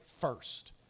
first